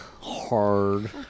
Hard